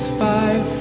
five